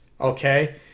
okay